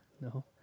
No